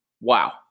Wow